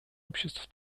обществ